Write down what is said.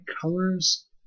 colors